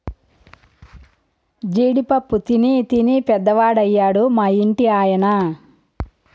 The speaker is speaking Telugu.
జీడి పప్పు తినీ తినీ పెద్దవాడయ్యాడు మా ఇంటి ఆయన